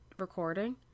recording